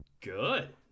Good